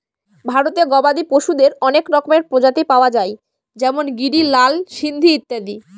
ভারতে গবাদি পশুদের অনেক রকমের প্রজাতি পাওয়া যায় যেমন গিরি, লাল সিন্ধি ইত্যাদি